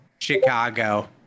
Chicago